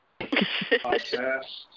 podcast